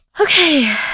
Okay